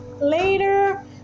Later